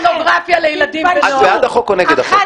את בעד החוק או נגד החוק?